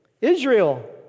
Israel